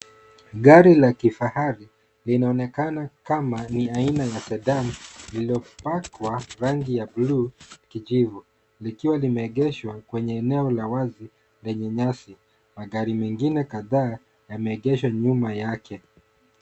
Gari la kifahari linaomnekana kama ni aina ya Sedan lililopakwa rangi ya bluu kijivu, likiwa limeegeshwa kwenye eneo la wazi lenye nyasi. Magari mengine kadhaa yameegeshwa nyuma yake.